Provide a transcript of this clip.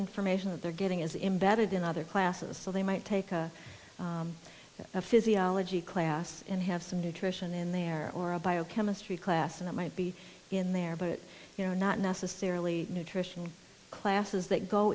information that they're getting is embedded in other classes so they might take a physiology class and have some nutrition in there or a biochemistry class and it might be in there but you know not necessarily nutrition classes that go